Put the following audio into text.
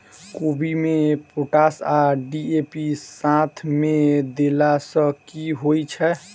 कोबी मे पोटाश आ डी.ए.पी साथ मे देला सऽ की होइ छै?